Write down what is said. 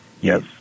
Yes